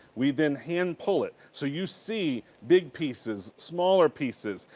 we then hand pull it. so you see big pieces, smaller pieces.